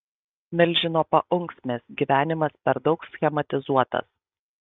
milžino paunksmės gyvenimas per daug schematizuotas